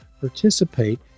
participate